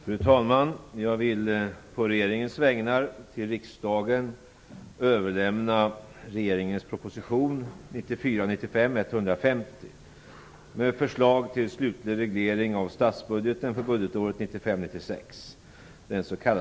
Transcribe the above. Fru talman! Jag vill på regeringens vägnar till riksdagen överlämna regeringens proposition Fru talman!